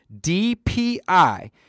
DPI